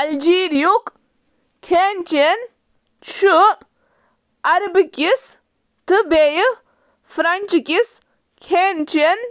الجیرِیٲیی زِیٛادٕ تر سِنٮ۪ن ہُنٛد مرکوٗز چُھ روٹی،